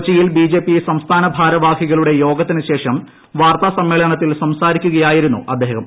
കൊച്ചിയിൽ ബിജെപി സംസ്ഥാന ഭാരവാഹികളുടെ യോഗത്തിനു ശേഷം വാർത്താ സമ്മേളനത്തിൽ സംസാരിക്കുകയായിരുന്നു അദ്ദേഹം